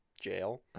jail